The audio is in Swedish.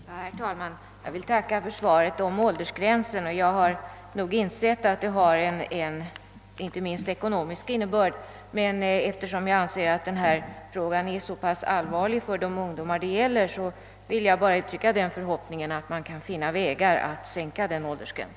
Herr talman! Jag vill tacka statsrådet Moberg för beskedet om åldersgränsen. Jag har nog insett att det har inte minst en ekonomisk innebörd. Eftersom jag emellertid anser att denna fråga är så pass allvarlig för de ungdomar det gäller vill jag bara uttrycka den förhoppningen, att man kan finna vägar att sänka denna åldersgräns.